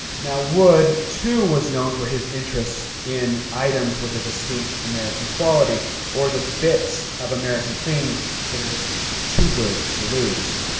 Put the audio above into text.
now wood too was known for his interest in items with a distinct american quality or the bits of american things that are just too good to lose.